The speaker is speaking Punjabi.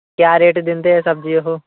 ਕਿਆ ਰੇਟ ਦਿੰਦੇ ਹੈ ਸਬਜ਼ੀ ਉਹ